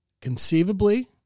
conceivably